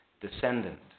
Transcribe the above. descendant